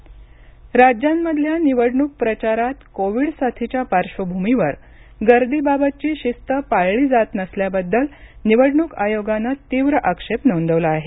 निवडणक आयोग राज्यांमधल्या निवडणूक प्रचारात कोविड साथीच्या पार्श्वभूमीवर गर्दीबाबतची शिस्त पाळली जात नसल्याबद्दल निवडणूक आयोगानं तीव्र आक्षेप नोंदवला आहे